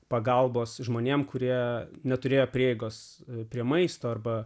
pagalbos žmonėms kurie neturėjo prieigos prie maisto arba